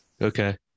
Okay